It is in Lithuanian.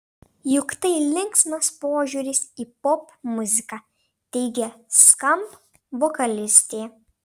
juk tai linksmas požiūris į popmuziką teigė skamp vokalistė